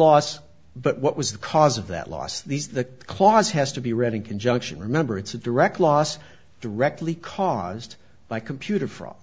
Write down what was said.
loss but what was the cause of that loss these the clause has to be read in conjunction remember it's a direct loss directly caused by computer fraud